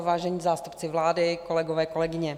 Vážení zástupci vlády, kolegové, kolegyně.